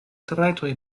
trajtoj